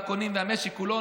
הקונים והמשק כולו,